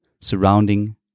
surrounding